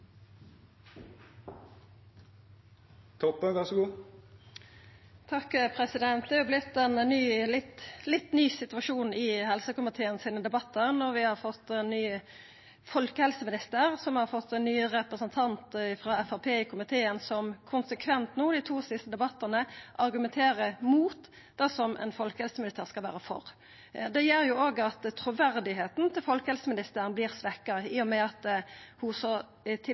Det har vorte ein litt ny situasjon i helsekomiteen sine debattar etter at vi fekk ein ny folkehelseminister og har fått ein ny representant frå Framstegspartiet i komiteen som i dei to siste debattane konsekvent argumenterer mot det folkehelseministeren skal vera for. Det gjer at truverdet til folkehelseministeren vert svekt i og med at ho så til